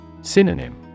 Synonym